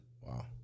Wow